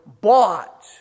bought